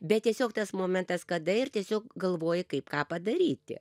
bet tiesiog tas momentas kada ir tiesiog galvoji kaip ką padaryti